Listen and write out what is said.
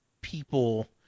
people